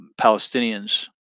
Palestinians